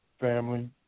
family